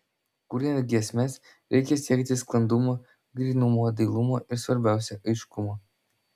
kuriant giesmes reikia siekti sklandumo grynumo dailumo ir svarbiausia aiškumo